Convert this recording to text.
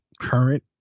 current